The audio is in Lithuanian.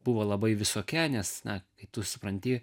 buvo labai visokia na kai tu supranti